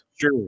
Sure